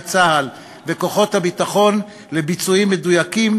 צה"ל וכוחות הביטחון לביצועים מדויקים,